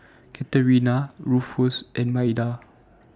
Katerina Rufus and Maida